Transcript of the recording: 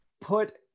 Put